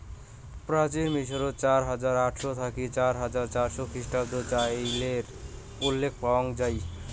প্রাচীন মিশরত চার হাজার আটশ থাকি চার হাজার চারশ খ্রিস্টপূর্বাব্দ চইলের উল্লেখ পাওয়াং যাই